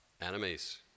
enemies